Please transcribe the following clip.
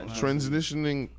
transitioning